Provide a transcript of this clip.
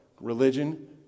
religion